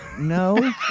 No